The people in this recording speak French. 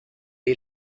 est